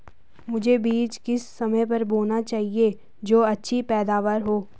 मुझे बीज किस समय पर बोना चाहिए जो अच्छी पैदावार हो?